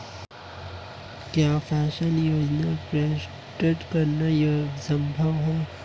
क्या पेंशन योजना प्राप्त करना संभव है?